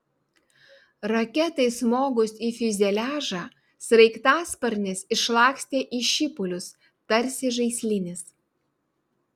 raketai smogus į fiuzeliažą sraigtasparnis išlakstė į šipulius tarsi žaislinis